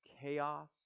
chaos